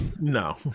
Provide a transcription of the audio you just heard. no